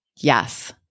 Yes